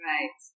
Right